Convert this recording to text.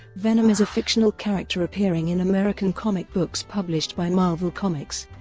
venom is a fictional character appearing in american comic books published by marvel comics,